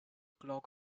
clog